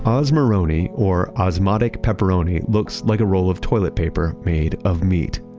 osmoroni or osmotic pepperoni looks like a roll of toilet paper made of meat,